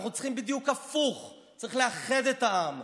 אנחנו צריכים בדיוק הפוך, צריך לאחד את העם.